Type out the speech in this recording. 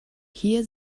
hier